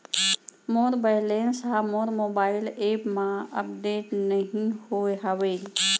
मोर balance हा मोर mobile app मा अपडेट नहीं होय हवे